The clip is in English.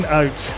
out